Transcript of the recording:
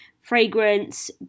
fragrance